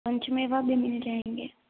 पंचमेवा भी मिल जाएंगे